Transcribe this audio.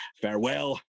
Farewell